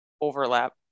overlap